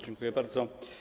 Dziękuję bardzo.